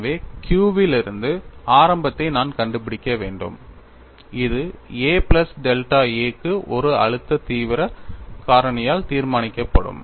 எனவே Q இலிருந்து ஆரம்பத்தை நான் கண்டுபிடிக்க வேண்டும் இது a பிளஸ் டெல்டா a க்கு ஒரு அழுத்த தீவிர காரணியால் தீர்மானிக்கப்படும்